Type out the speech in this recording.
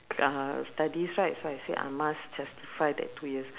uh studies right so I said I must justify that two years